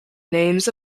names